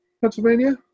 Pennsylvania